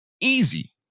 Easy